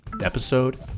Episode